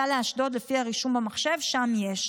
סע לאשדוד, לפי הרישום במחשב, שם יש.